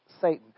Satan